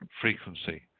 frequency